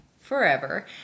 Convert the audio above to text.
forever